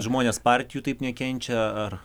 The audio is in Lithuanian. žmonės partijų taip nekenčia ar